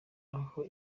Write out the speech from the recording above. aho